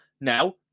now